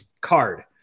card